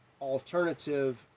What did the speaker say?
alternative